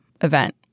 event